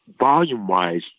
volume-wise